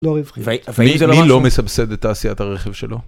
לא מבחינתי... מי לא מסבסד את תעשיית הרכב שלו.